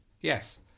Yes